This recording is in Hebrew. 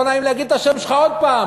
לא נעים לי להגיד את השם שלך עוד פעם,